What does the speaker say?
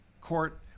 court